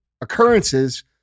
occurrences